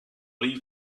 leave